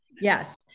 Yes